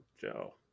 Joe